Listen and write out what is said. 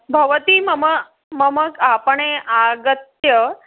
भवती मम मम आपणम् आगत्य